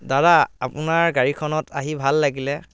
দাদা আপোনাৰ গাড়ীখনত আহি ভাল লাগিলে